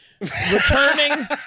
returning